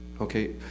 Okay